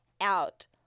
out